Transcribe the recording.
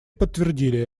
подтвердили